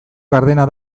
gardena